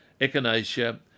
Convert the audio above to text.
echinacea